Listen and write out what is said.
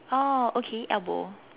oh okay elbow